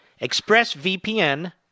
ExpressVPN